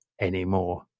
anymore